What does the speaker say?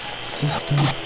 System